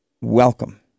welcome